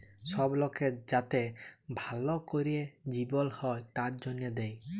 সব লকের যাতে ভাল ক্যরে জিবল হ্যয় তার জনহে দেয়